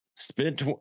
Spent